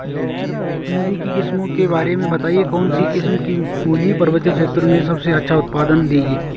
मूली की किस्मों के बारे में बताइये कौन सी किस्म की मूली पर्वतीय क्षेत्रों में सबसे अच्छा उत्पादन देंगी?